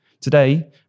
Today